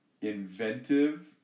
inventive